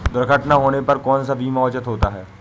दुर्घटना होने पर कौन सा बीमा उचित होता है?